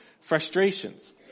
frustrations